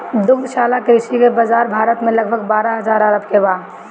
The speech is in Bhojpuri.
दुग्धशाला कृषि के बाजार भारत में लगभग बारह हजार अरब के बा